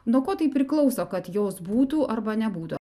nuo ko tai priklauso kad jos būtų arba nebūtų